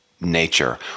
nature